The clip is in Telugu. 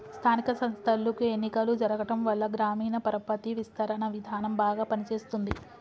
స్థానిక సంస్థలకు ఎన్నికలు జరగటంవల్ల గ్రామీణ పరపతి విస్తరణ విధానం బాగా పని చేస్తుంది